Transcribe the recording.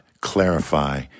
clarify